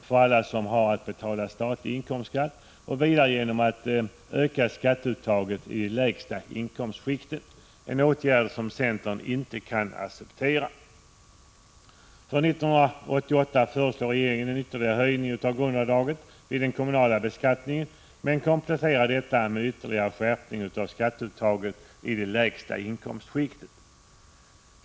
för alla som har att betala statlig inkomstskatt och vidare genom att öka skatteuttaget i de lägsta inkomstskikten. Detta är en åtgärd som centern inte kan acceptera. För 1988 föreslår regeringen en ytterligare höjning av grundavdraget vid den kommunala beskattningen, men kompletterar detta med en ytterligare skärpning av skatteuttaget i det lägsta inkomstskiktet.